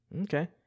Okay